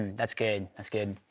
that's good, that's good.